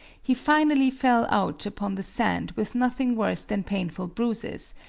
he finally fell out upon the sand with nothing worse than painful bruises,